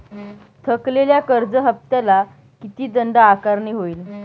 थकलेल्या कर्ज हफ्त्याला किती दंड आकारणी होईल?